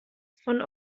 von